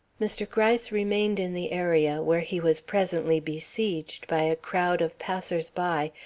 mr. gryce remained in the area, where he was presently besieged by a crowd of passers-by,